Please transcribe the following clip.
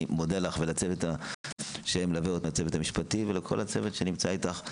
אני מודה גם לצוות המשפטי שמלווה אותנו ולכל הצוות שנמצא איתך.